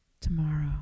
tomorrow